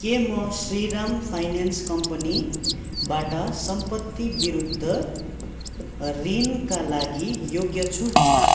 के म श्रीराम फाइनेन्स कम्पनीबाट सम्पत्तिविरुद्ध ऋणका लागि योग्य छु